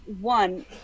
one